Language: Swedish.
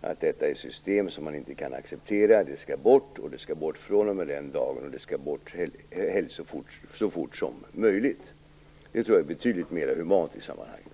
klargöra att detta är system som man inte kan acceptera. De skall bort. De skall bort fr.o.m. en viss dag, och de skall helst bort så fort som möjligt. Det tror jag är betydligt mer humant i sammanhanget.